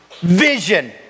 vision